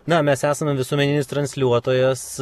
na mes esame visuomeninis transliuotojas